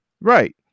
Right